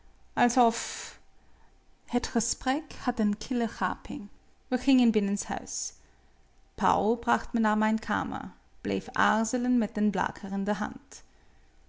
alsof het gesprek had een kille gaping we gingen binnenshuis pauw bracht me naar mijn kamer bleef aarzelen met den blaker in de hand